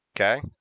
Okay